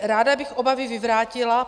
Ráda bych obavy vyvrátila.